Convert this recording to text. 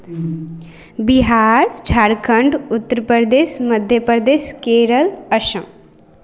Bihar Jharkhand Uttar Pradesh Madhya Pradesh Kerala Assam